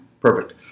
Perfect